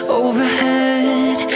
overhead